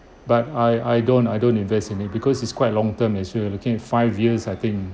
but I I don't I don't invest in it because it's quite long term as we are looking at five years I think